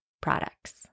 products